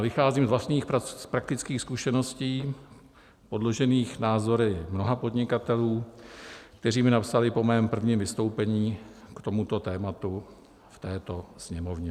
Vycházím z vlastních praktických zkušeností podložených názory mnoha podnikatelů, kteří mi napsali po mém prvním vystoupení k tomuto tématu ve Sněmovně.